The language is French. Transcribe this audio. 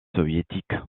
soviétique